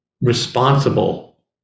responsible